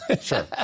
Sure